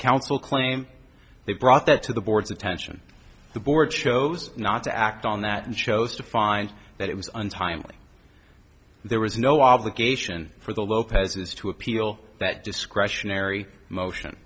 counsel claim they brought that to the board's attention the board chose not to act on that and chose to find that it was untimely there was no obligation for the lopez's to appeal that discretionary motion